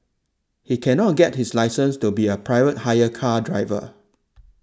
he cannot get his license to be a private hire car driver